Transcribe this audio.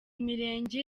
mirenge